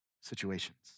situations